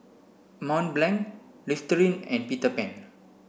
Mont Blanc Listerine and Peter Pan